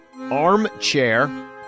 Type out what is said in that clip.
armchair